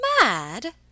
Mad